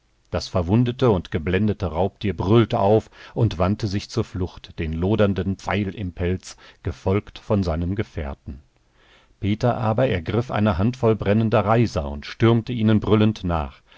das verwundete und geblendete raubtier brüllte auf und wandte sich zur flucht den lodernden pfeil im pelz gefolgt von seinem gefährten peter aber ergriff eine handvoll brennender reiser und stürmte ihnen brüllend nach